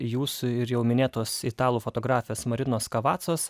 jūsų ir jau minėtos italų fotografės marinos kavacos